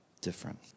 different